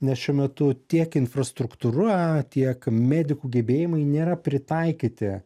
nes šiuo metu tiek infrastruktūra tiek medikų gebėjimai nėra pritaikyti